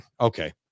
Okay